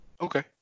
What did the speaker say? Okay